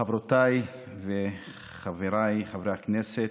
חברותיי וחבריי חברי הכנסת,